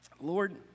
Lord